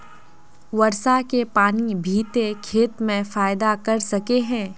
वर्षा के पानी भी ते खेत में फायदा कर सके है?